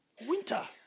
winter